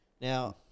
Now